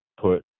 put